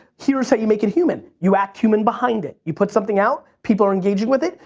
here's how you make it human. you act human behind it. you put something out, people are engaging with it,